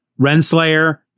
Renslayer